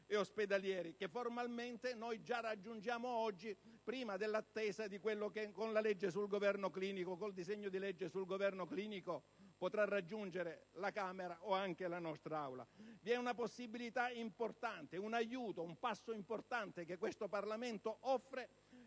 ed ospedalieri che formalmente già raggiungiamo oggi, prima di quello che col disegno di legge sul governo clinico potrà raggiungere la Camera o anche la nostra Assemblea. Vi è una possibilità importante, un aiuto, un passo importante che questo Parlamento offre